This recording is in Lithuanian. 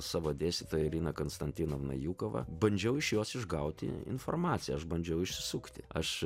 savo dėstytoja lina konstantinavna jukava bandžiau iš jos išgauti informaciją aš bandžiau išsisukti aš